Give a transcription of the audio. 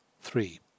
three